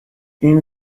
این